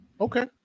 Okay